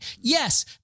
Yes